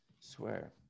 swear